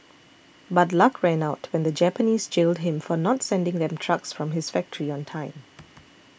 but luck ran out when the Japanese jailed him for not sending them trucks from his factory on time